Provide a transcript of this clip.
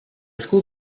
school